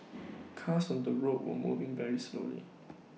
cars on the road were moving very slowly